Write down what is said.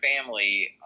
family